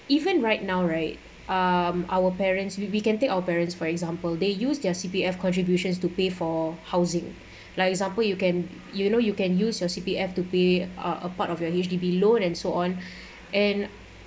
even right now right um our parents we we can take our parents for example they use their C_P_F contributions to pay for housing like example you can you know you can use your C_P_F to pay uh a part of your H_D_B loan and so on and